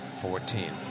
Fourteen